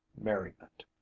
merriment